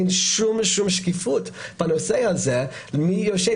אין שום שקיפות בנושא הזה מי יושב.